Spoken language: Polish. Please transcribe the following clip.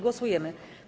Głosujemy.